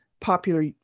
popular